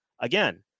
again